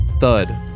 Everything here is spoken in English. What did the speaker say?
Thud